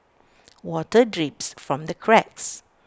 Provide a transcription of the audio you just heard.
water drips from the cracks